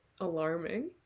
alarming